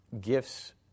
gifts